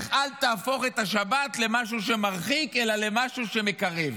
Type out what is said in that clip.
איך אל תהפוך את השבת למשהו שמרחיק אלא למשהו שמקרב.